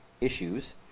issues